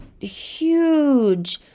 huge